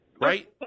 Right